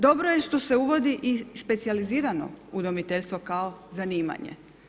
Dobro je što se uvodi i specijalizirano udomiteljstvo kao zanimanje.